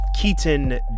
Keaton